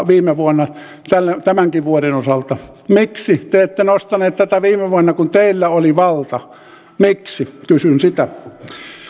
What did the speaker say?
viime vuonna tämänkin vuoden osalta miksi te ette nostaneet tätä viime vuonna kun teillä oli valta miksi kysyn sitä